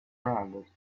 rounded